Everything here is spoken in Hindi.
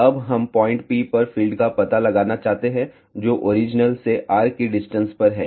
अब हम पॉइंट P पर फील्ड का पता लगाना चाहते हैं जो ओरिजिन से r की डिस्टेंस पर है